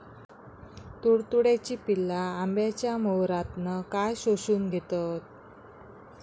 तुडतुड्याची पिल्ला आंब्याच्या मोहरातना काय शोशून घेतत?